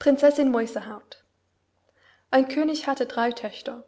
prinzessin mäusehaut ein könig hatte drei töchter